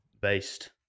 based